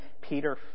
Peter